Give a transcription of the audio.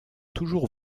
toujours